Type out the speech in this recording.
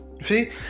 See